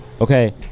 Okay